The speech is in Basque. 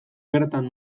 bertan